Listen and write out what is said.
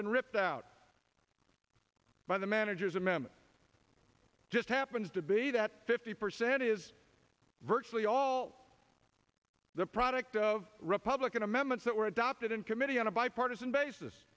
been ripped out by the manager's amendment just happens to be that fifty percent virtually all the product of republican amendments that were adopted in committee on a bipartisan basis